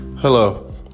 Hello